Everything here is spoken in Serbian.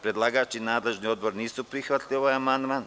Predlagač i nadležni odbor nisu prihvatili ovaj amandman.